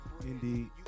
indeed